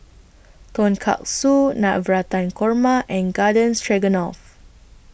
Tonkatsu Navratan Korma and Garden Stroganoff